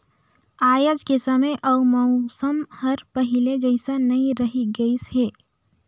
आयज के समे अउ मउसम हर पहिले जइसन नइ रही गइस हे